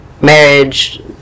marriage